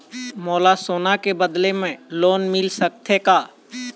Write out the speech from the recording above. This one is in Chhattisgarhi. मोला सोना के बदले लोन मिल सकथे का?